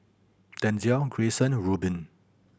Denzell Greyson Rubin